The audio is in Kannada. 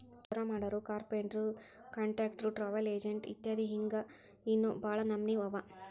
ಚೌರಾಮಾಡೊರು, ಕಾರ್ಪೆನ್ಟ್ರು, ಕಾನ್ಟ್ರಕ್ಟ್ರು, ಟ್ರಾವಲ್ ಎಜೆನ್ಟ್ ಇತ್ಯದಿ ಹಿಂಗ್ ಇನ್ನೋ ಭಾಳ್ ನಮ್ನೇವ್ ಅವ